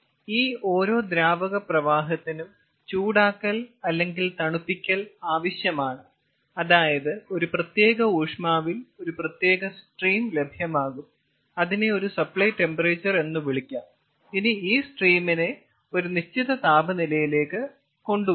ഈ ഓരോ ദ്രാവക പ്രവാഹത്തിനും ചൂടാക്കൽ അല്ലെങ്കിൽ തണുപ്പിക്കൽ ആവശ്യമാണ് അതായത് ഒരു പ്രത്യേക ഊഷ്മാവിൽ ഒരു പ്രത്യേക സ്ട്രീം ലഭ്യമാകും അതിനെ ഒരു സപ്ലൈ ടെമ്പറേച്ചർ എന്ന് വിളിക്കാം ഇനി ഈ സ്ട്രീമിനെ ഒരു നിശ്ചിത താപനിലയിലേക്ക് കൊണ്ടുവരണം